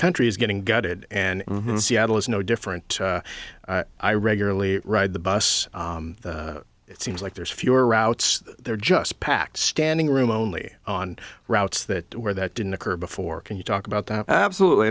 country is getting gutted and seattle is no different i regularly ride the bus it seems like there's fewer routes there just packed standing room only on routes that where that didn't occur before can you talk about that absolutely